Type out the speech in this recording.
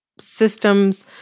systems